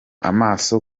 amaso